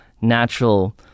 natural